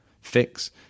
fix